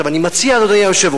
עכשיו, אני מציע, אדוני היושב-ראש,